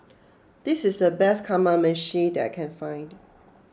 this is the best Kamameshi that I can find